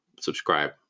subscribe